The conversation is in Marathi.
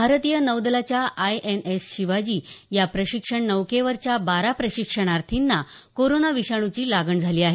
भारतीय नौदलाच्या आयएनएस शिवाजी या प्रशिक्षण नौकेवरच्या बारा प्रशिक्षणार्थींना कोरोना विषाणूची लागण झाली आहे